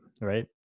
Right